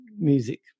music